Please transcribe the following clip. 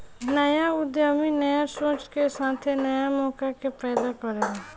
न्या उद्यमी न्या सोच के साथे न्या मौका के पैदा करेला